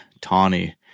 Tawny